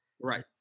right